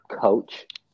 coach